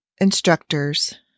instructors